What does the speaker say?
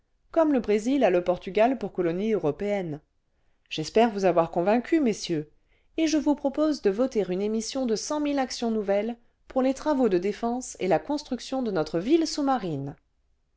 comme le brésil aie portugal pour colonie européenne j'espère vous avoir convaincus messieurs et je vous propose de voter une émission de cent mille actions nouvelles pour les travaux de défense et la construction de'notre ville sous-marine